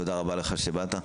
תודה רבה לך שבאת.